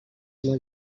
molt